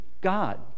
God